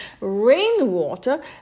Rainwater